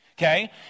Okay